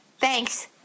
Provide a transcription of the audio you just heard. thanks